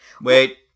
Wait